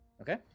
Okay